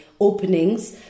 openings